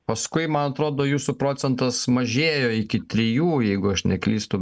paskui man atrodo jūsų procentas mažėjo iki trijų jeigu aš neklystu